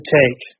take